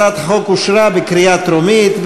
הצעת החוק אושרה בקריאה טרומית,